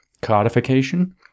codification